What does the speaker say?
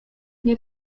nie